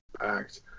act